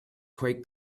quite